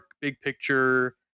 big-picture